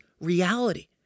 reality